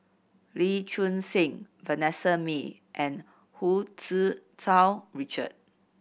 Lee Choon Seng Vanessa Mae and Hu Tsu Tau Richard